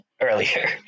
earlier